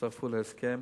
שהצטרפו להסכם.